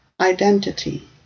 identity